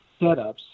setups